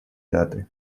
даты